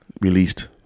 Released